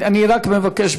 אני רק מבקש,